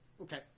Okay